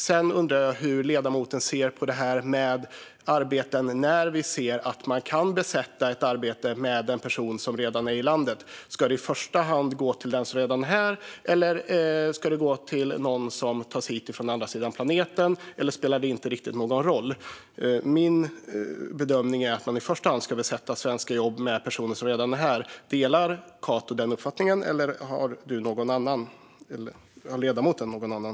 Sedan undrar jag hur ledamoten ser på detta med att besätta arbeten. När man ska besätta ett arbete, ska det arbetet i första hand gå till en person som redan är i landet, ska det gå till någon som tas hit från andra sidan planeten eller spelar det inte någon roll? Min bedömning är att man i första hand ska besätta svenska jobb med personer som redan är här. Delar Cato den uppfattningen, eller har han någon annan?